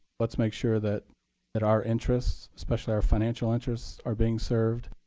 let's make sure that that our interests, especially our financial interests, are being served.